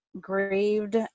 grieved